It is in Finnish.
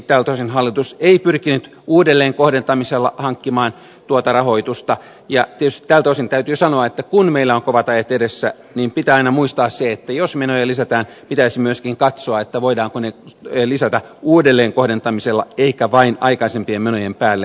tältä osin hallitus ei pyrkinyt uudelleenkohdentamisella hankkimaan tuota rahoitusta ja tietysti tältä osin täytyy sanoa että kun meillä on kovat ajat edessä niin pitää aina muistaa se että jos menoja lisätään pitäisi myöskin katsoa voidaanko ne lisätä uudelleenkohdentamisella eikä vain aikaisempien menojen päälle lisäämällä